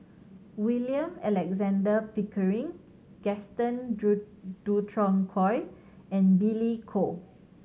William Alexander Pickering Gaston Dutronquoy and Billy Koh